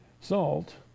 Salt